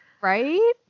right